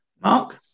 Mark